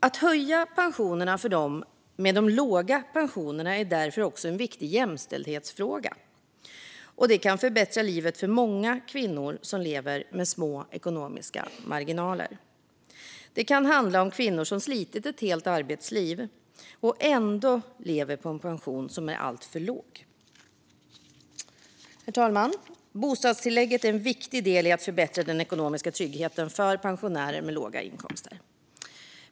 Att höja pensionerna för dem med låga pensioner är därför också en viktig jämställdhetsfråga. Det kan förbättra livet för många kvinnor som lever med små ekonomiska marginaler. Det kan handla om kvinnor som slitit ett helt arbetsliv och ändå lever på en pension som är alltför låg. Herr talman! Bostadstillägget är en viktig del i att förbättra den ekonomiska tryggheten för pensionärer med låga inkomster.